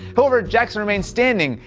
however, jackson remained standing,